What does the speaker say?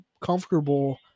comfortable